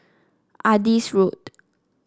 Adis Road